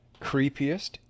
creepiest